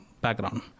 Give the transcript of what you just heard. background